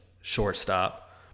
shortstop